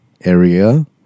Area